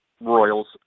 Royals